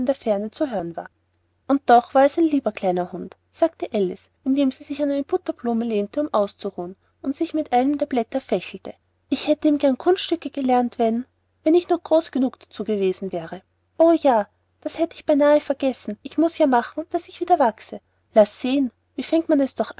der ferne zu hören war und doch war es ein lieber kleiner hund sagte alice indem sie sich an eine butterblume lehnte um auszuruhen und sich mit einem der blätter fächelte ich hätte ihn gern kunststücke gelehrt wenn wenn ich nur groß genug dazu gewesen wäre o ja das hätte ich beinah vergessen ich muß ja machen daß ich wieder wachse laß sehen wie fängt man es doch